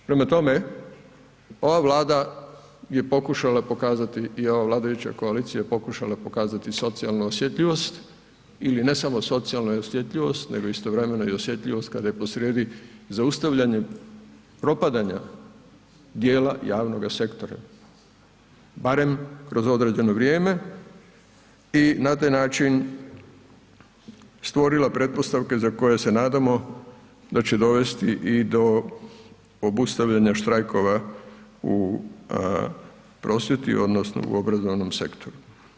Prema tome, ova Vlada je pokušala pokazati i ova vladajuća koalicija je pokušala pokazati socijalnu osjetljivost ili ne samo socijalnu osjetljivost, nego istovremeno i osjetljivost kada je posrijedi zaustavljanje propadanja dijela javnoga sektora, barem kroz određeno vrijeme i na taj način stvorila pretpostavke za koje se nadamo da će dovesti i do obustavljanja štrajkova u prosvjeti odnosno u obrazovnom sektoru.